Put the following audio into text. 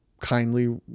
kindly